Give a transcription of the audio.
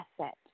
asset